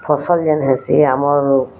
ଫସଲ୍ ଯେନ୍ ହେସି ଆମର୍